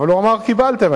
והוא אמר: אבל קיבלתם.